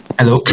Hello